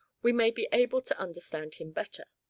we may be able to understand him better.